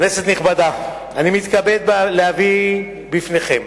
כנסת נכבדה, אני מתכבד להביא בפניכם